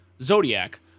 Zodiac